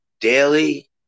daily